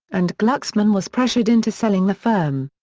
and glucksman was pressured into selling the firm.